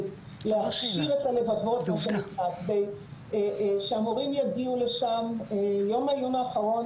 להפשיר את הלבבות מה שנקרא שהמורים יגיעו לשם יום העיון האחרון